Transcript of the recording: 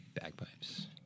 Bagpipes